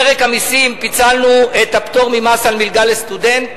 פרק המסים, פיצלנו את הפטור ממס על מלגה לסטודנט,